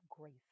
grace